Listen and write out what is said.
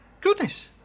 Goodness